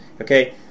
okay